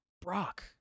brock